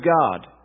God